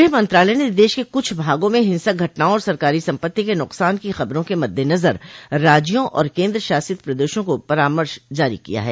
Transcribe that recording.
गृह मंत्रालय ने देश के कुछ भागों में हिंसक घटनाओं और सरकारी सम्पत्ति क नुकसान की खबरों के मद्देनजर राज्यों और केन्द्रशासित प्रदेशों को परामर्श जारी किया है